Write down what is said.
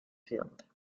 field